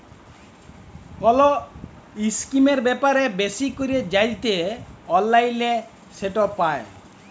call ইসকিমের ব্যাপারে বেশি ক্যরে জ্যানতে অললাইলে সেট পায়